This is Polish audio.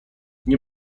nie